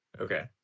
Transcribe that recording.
okay